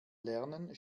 lernen